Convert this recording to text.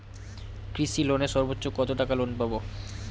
কৃষি লোনে সর্বোচ্চ কত টাকা লোন পাবো?